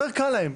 יותר קל להם.